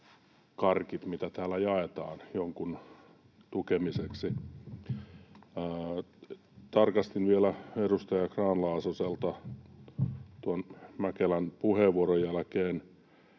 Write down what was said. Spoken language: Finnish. karkit, mitä täällä jaetaan jonkun tukemiseksi. Tarkastin vielä edustaja Grahn-Laasoselta tuon Mäkelän puheenvuoron jälkeen: